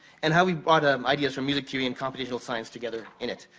and how we brought ah ideas from music theory and computational science together in it.